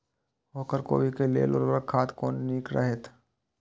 ओर कोबी के लेल उर्वरक खाद कोन नीक रहैत?